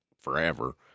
forever